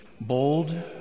bold